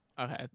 Okay